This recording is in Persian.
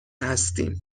هستیم